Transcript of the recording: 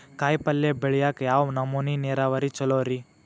ಕಾಯಿಪಲ್ಯ ಬೆಳಿಯಾಕ ಯಾವ್ ನಮೂನಿ ನೇರಾವರಿ ಛಲೋ ರಿ?